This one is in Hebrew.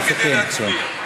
לסכם, כן.